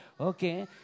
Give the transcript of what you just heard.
Okay